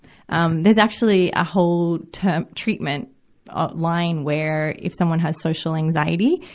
um there's actually a whole term, treatment line where, if someone has social anxiety,